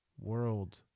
world